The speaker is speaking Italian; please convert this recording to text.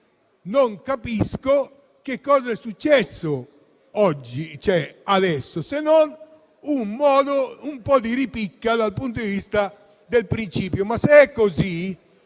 Non capisco cosa sia successo ora, se non un po' di ripicca dal punto di vista del principio.